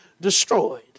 destroyed